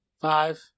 five